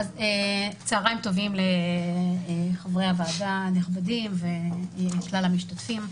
צהריים טובים, חברי הוועדה הנכבדים וכלל המשתתפים.